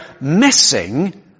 missing